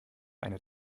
eine